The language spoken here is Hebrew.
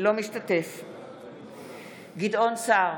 אינו משתתף בהצבעה גדעון סער,